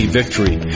victory